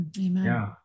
Amen